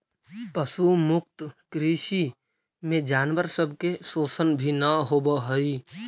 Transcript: पशु मुक्त कृषि में जानवर सब के शोषण भी न होब हई